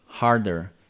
harder